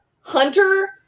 hunter